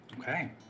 Okay